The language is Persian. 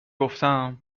گفتم